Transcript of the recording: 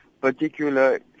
particular